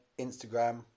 Instagram